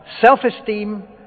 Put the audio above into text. self-esteem